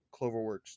Cloverworks